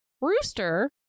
Rooster